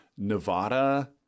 Nevada